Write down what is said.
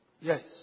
Yes